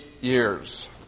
years